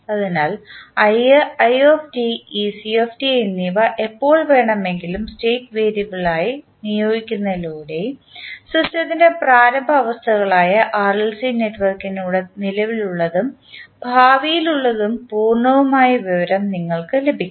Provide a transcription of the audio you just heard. അതിനാൽ എന്നിവ എപ്പോൾ വേണമെങ്കിലും സ്റ്റേറ്റ് വേരിയബിളായി നിയോഗിക്കുന്നതിലൂടെ സിസ്റ്റത്തിൻറെ പ്രാരംഭ അവസ്ഥകളായ ആർഎൽസി നെറ്റ്വർക്കിൻറെ നിലവിലുള്ളതും ഭാവിയിലുമുള്ള പൂർണ്ണമായ വിവരണം നിങ്ങൾക്ക് ലഭിക്കും